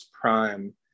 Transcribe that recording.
prime